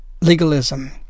Legalism